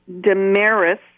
Damaris